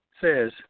says